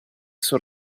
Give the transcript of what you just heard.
sul